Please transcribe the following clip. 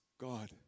God